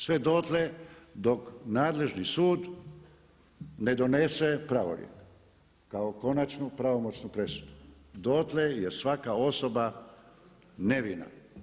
Sve dotle dok nadležni sud ne donese pravorijek kao konačnu pravomoćnu presudu, dotle je svaka osoba nevina.